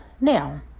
now